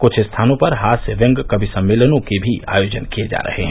कुछ स्थानों पर हास्य व्यंग कवि सम्मेलनों के आयोजन किये गये हैं